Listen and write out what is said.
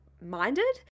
minded